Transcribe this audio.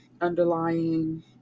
underlying